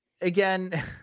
Again